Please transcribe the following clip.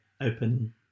open